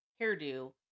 hairdo